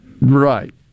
Right